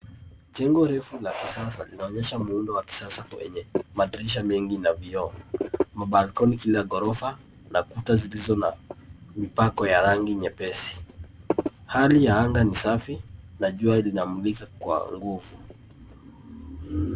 Jengo refu la kisasa linaonyesha muundo wa kisasa lenye madirisha mengi na vioo. Mabalkoni kila ghorofa na kuta zilizo na mipako ya rangi nyepesi. Hali ya anga ni safi na jua linamulika kwa nguvu.